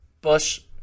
Bush